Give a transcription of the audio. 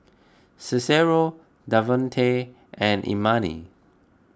Cicero Davonte and Imani